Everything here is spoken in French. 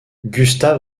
gustav